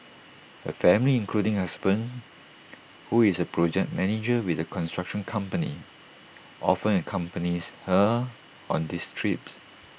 her family including her husband who is A project manager with A construction company often accompanies her on these trips